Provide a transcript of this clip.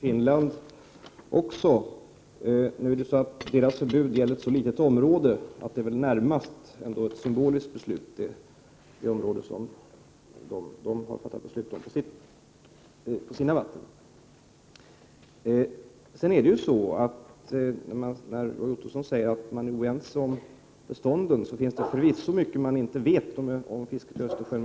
Herr talman! Sådana här frågor diskuterar vi självfallet med Finland också. Men deras förbud gäller ett så litet område att det närmast kan sägas vara fråga om ett symboliskt beslut. Roy Ottosson säger att man är oense när det gäller bestånden. Ja, det är förvisso mycket som man inte känner till om fisket i Östersjön.